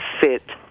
sit